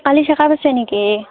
কালি check up আছে নেকি